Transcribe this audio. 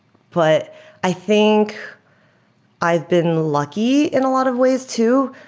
but i think i've been lucky in a lot of ways too.